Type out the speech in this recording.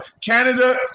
Canada